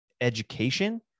education